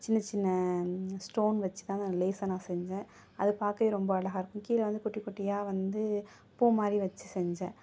சின்ன சின்ன ஸ்டோன் வச்சுதான் அந்த லேஸை நான் செஞ்சேன் அது பார்க்கவே ரொம்ப அழகா இருக்கும் கீழே வந்து குட்டி குட்டியாக வந்து பூ மாதிரி வச்சு செஞ்சேன்